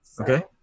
okay